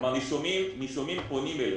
נישומים פונים אלינו.